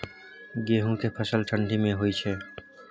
गेहूं के फसल ठंडी मे होय छै?